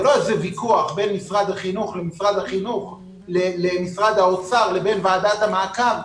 זה לא יזה ויכוח בין משרד החינוך למשרד האוצר לבין ועדת המעקב,